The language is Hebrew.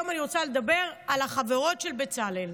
היום אני רוצה לדבר על החברות של בצלאל,